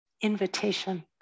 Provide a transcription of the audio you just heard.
invitation